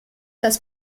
das